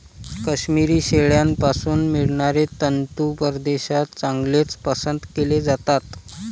काश्मिरी शेळ्यांपासून मिळणारे तंतू परदेशात चांगलेच पसंत केले जातात